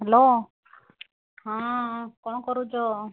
hello ହଁ କ'ଣ କରୁଛ